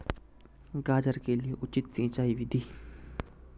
गाजर के लिए उचित सिंचाई विधि?